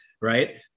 right